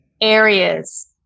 areas